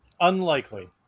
Unlikely